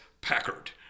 Packard